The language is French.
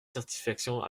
satisfaction